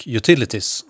utilities